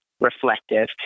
reflective